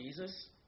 Jesus